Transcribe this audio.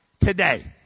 today